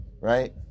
right